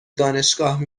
دانشگاه